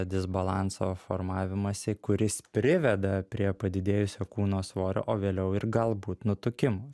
disbalanso formavimąsi kuris priveda prie padidėjusio kūno svorio o vėliau ir galbūt nutukimo